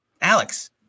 Alex